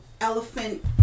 elephant